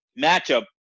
matchup